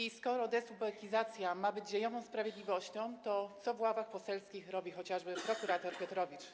I skoro dezubekizacja ma być dziejową sprawiedliwością, to co w ławach poselskich robi chociażby prokurator Piotrowicz?